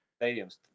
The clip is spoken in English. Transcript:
Stadiums